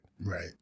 Right